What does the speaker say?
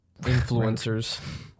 influencers